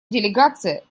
делегация